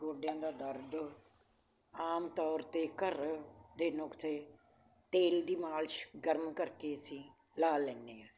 ਗੋਡਿਆਂ ਦਾ ਦਰਦ ਆਮ ਤੌਰ 'ਤੇ ਘਰ ਦੇ ਨੁਖਸੇ ਤੇਲ ਦੀ ਮਾਲਿਸ਼ ਗਰਮ ਕਰਕੇ ਅਸੀਂ ਲਾ ਲੈਂਦੇ ਹਾਂ